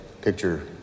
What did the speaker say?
picture